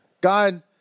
God